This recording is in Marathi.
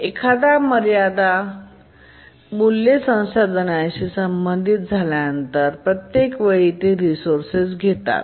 एकदा मर्यादा मूल्ये संसाधनांशी संबंधित झाल्यानंतर प्रत्येक वेळी ते रिसोर्सेस घेतात